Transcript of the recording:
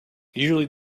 usually